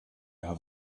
have